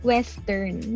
Western